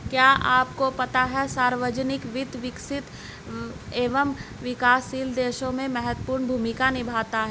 क्या आपको पता है सार्वजनिक वित्त, विकसित एवं विकासशील देशों में महत्वपूर्ण भूमिका निभाता है?